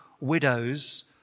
widows